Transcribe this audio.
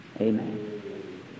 Amen